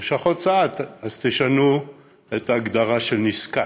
לשכות סעד, אז תשנו את ההגדרה של "נזקק".